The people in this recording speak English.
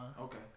Okay